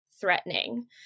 threatening